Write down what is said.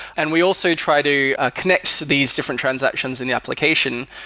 and we also try to connect these different transactions in the application.